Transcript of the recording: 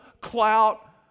clout